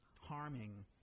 harming